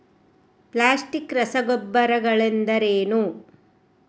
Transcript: Plastic ರಸಗೊಬ್ಬರಗಳೆಂದರೇನು?